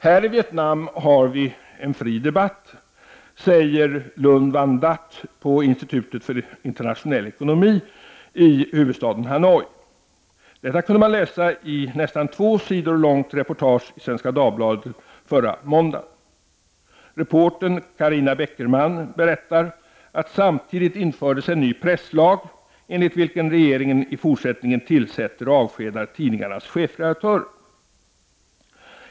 ”Här i Vietnam har vi en fri debatt, säger Luu Van Dat på Institutet för internationell ekonomi i Hanoi.” Detta kunde man läsa i ett nästan två sidor långt reportage i Svenska Dagbladet förra måndagen. Reportern Carina Beckerman berättar att det samtidigt infördes en ny presslag enligt vilken regeringen i fortsättningen tillsätter och avskedar tidningarnas chefredaktörer.